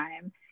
time